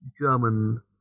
German